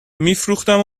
میفروختم